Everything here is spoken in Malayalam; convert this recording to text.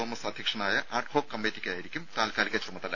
തോമസ് അധ്യക്ഷനായ അഡ്ഹോക് കമ്മിറ്റിക്കായിരിക്കും താൽക്കാലിക ചുമതല